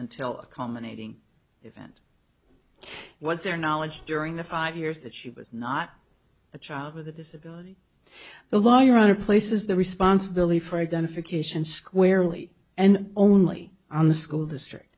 until accommodating event was their knowledge during the five years that she was not a child with a disability the law your honor places the responsibility for identification squarely and only on the school district